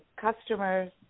customers